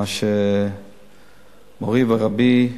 מה שמורי ורבי,